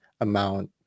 amount